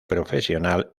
profesional